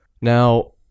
Now